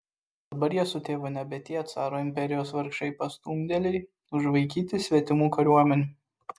dabar jie su tėvu nebe tie caro imperijos vargšai pastumdėliai užvaikyti svetimų kariuomenių